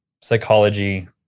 psychology